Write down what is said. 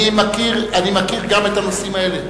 אני מכיר גם את הנושאים האלה.